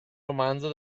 romanzo